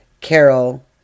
Carol